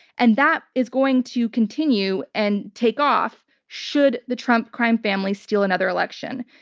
and that is going to continue and take off should the trump crime family steal another election.